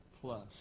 plus